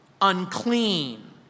unclean